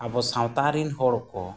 ᱟᱵᱚ ᱥᱟᱶᱛᱟ ᱨᱮᱱ ᱦᱚᱲᱠᱚ